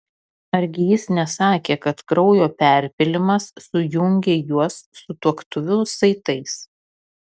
argi jis nesakė kad kraujo perpylimas sujungė juos sutuoktuvių saitais